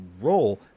role